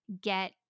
get